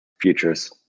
Futures